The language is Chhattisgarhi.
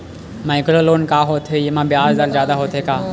माइक्रो लोन का होथे येमा ब्याज दर जादा होथे का?